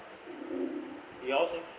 you also